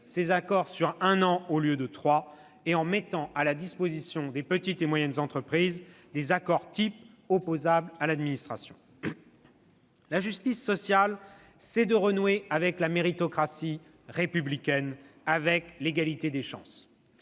ces accords sur un an au lieu de trois, en mettant à la disposition des PME des accords-types opposables à l'administration. « La justice sociale, c'est de renouer avec la méritocratie républicaine, avec l'égalité des chances.